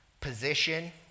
position